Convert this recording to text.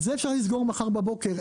את זה אפשר לסגור מחר בבוקר.